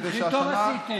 הכי טוב עשיתם?